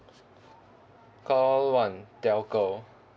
call one telco